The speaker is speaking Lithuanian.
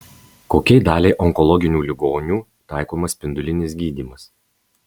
kokiai daliai onkologinių ligonių taikomas spindulinis gydymas